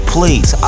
Please